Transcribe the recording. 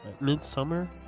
Midsummer